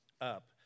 up